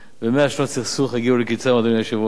ו-100 שנות סכסוך יגיעו לקצן, אדוני היושב-ראש.